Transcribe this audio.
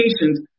patients